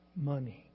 money